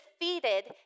defeated